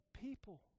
people